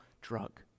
Drug